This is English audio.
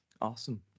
Awesome